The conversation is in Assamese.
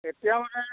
এতিয়া মানে